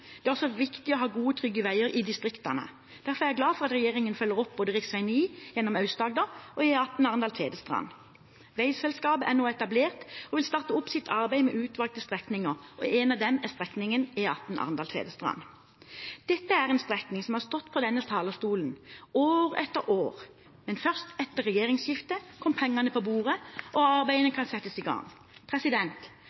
Det er også viktig å ha gode, trygge veier i distriktene. Derfor er jeg glad for at regjeringen følger opp både rv. 9 gjennom Aust-Agder og E18 Arendal–Tvedestrand. Veiselskap er nå etablert og vil starte opp sitt arbeid med utvalgte strekninger, og en av dem er strekningen E18 Arendal–Tvedestrand. Dette er en strekning som har blitt tatt opp fra denne talerstolen år etter år. Men først etter regjeringsskiftet kom pengene på bordet, og arbeidene kan settes i gang.